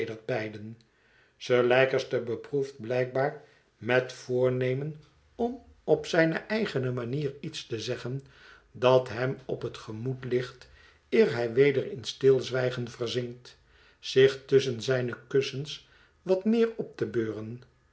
beiden sir leicester beproeft blijkbaar met voornemen om op zijne eigene manier iets te zeggen dat hem op het gemoed ligt eer hij weder in stilzwijgen verzinkt zich tusschen zijne kussens wat meer op te beuren